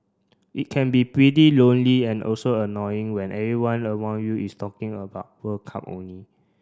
it can be pretty lonely and also annoying when everyone around you is talking about World Cup only